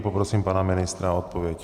Poprosím pana ministra o odpověď.